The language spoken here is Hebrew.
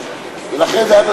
התשע"ד 2014,